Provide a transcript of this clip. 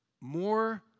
more